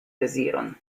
deziron